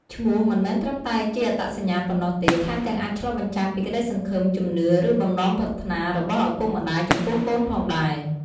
ឈ្មោះមិនមែនត្រឹមតែជាអត្តសញ្ញាណប៉ុណ្ណោះទេ ថែមទាំងអាចឆ្លុះបញ្ចាំងពីក្តីសង្ឃឹម ជំនឿ ឬបំណងប្រាថ្នារបស់ឪពុកម្តាយចំពោះកូនផងដែរ។